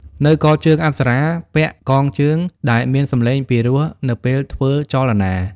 នៅកជើង អប្សរាពាក់ "កងជើង" ដែលមានសម្លេងពិរោះនៅពេលធ្វើចលនា។